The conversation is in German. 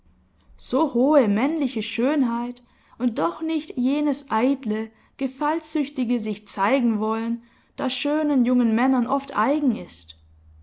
so hohe männliche schönheit und doch nicht jenes eitle gefallsüchtige sichzeigenwollen das schönen jungen männern oft eigen ist nein es ist